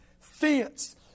fence